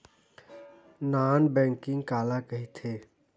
Non banking काला कइथे?